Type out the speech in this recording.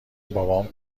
بابام